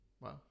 wow